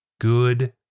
good